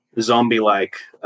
zombie-like